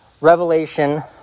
Revelation